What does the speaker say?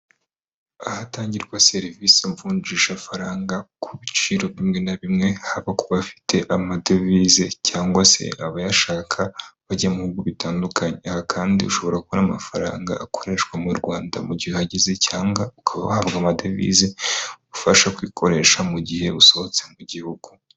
Ahatangirwa serivisi mvunjishafaranga ku biciro bimwe na bimwe haba kuba bafite amadovize cyangwa se abayashaka bajya mu bihugu bitandukanye aha kandi ushobora kubona amafaranga akoreshwa mu Rwanda mu gihe ugeze cyangwa ukaba uhabwa amadevize ufasha kwikoresha mu gihe usohotse mu gihugu.